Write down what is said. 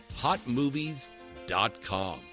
HotMovies.com